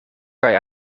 kaj